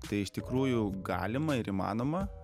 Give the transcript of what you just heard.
tai iš tikrųjų galima ir įmanoma